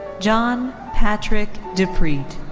john patrick diprete.